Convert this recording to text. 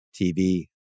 TV